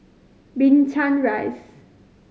Binchang Rise